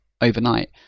overnight